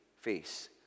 face